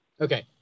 Okay